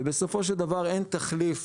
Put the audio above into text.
ובסופו של דבר, אין תחליף